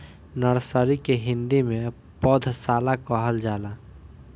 nursery के हिंदी में पौधशाला कहल जाला